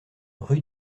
rue